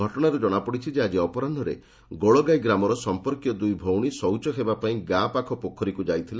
ଘଟଣାରୁ ଜଣାପଡିଛି ଯେ ଆକି ଅପରାହୁରେ ଗୋଳଗାଇ ଗ୍ରାମର ସମ୍ପର୍କୀୟ ଦୁଇଭଉଣୀ ଶୌଚ ହେବା ପାଇଁ ଗାଁ ପାଖ ପୋଖରୀକୁ ଯାଇଥିଲେ